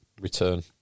return